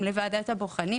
לנו זה יוקל,